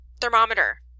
thermometer